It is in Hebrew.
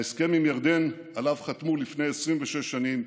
ההסכם עם ירדן שעליו חתמו לפני 26 שנים